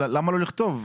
למה לא לכתוב?